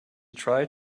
tried